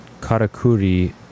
Karakuri